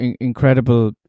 incredible